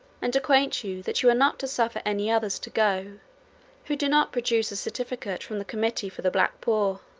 and acquaint you that you are not to suffer any others to go who do not produce a certificate from the committee for the black poor,